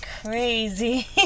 crazy